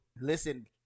Listen